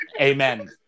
Amen